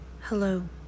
Hello